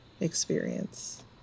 experience